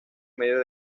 medios